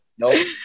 Nope